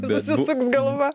susisuks galva